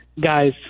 Guys